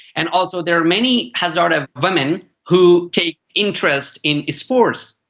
and also there are many hazara ah women who take interest in sports,